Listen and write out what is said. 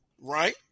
right